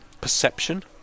Perception